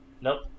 Nope